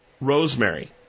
Rosemary